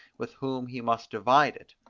with whom he must divide it.